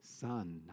son